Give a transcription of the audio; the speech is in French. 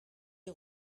est